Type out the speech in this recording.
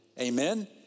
Amen